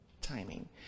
timing